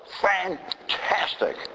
Fantastic